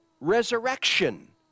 resurrection